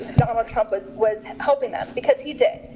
donald trump was was hoping that, because he did,